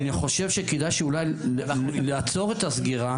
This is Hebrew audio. אני חושב שכדאי אולי לעצור את הסגירה